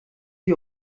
die